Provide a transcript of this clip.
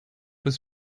was